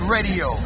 Radio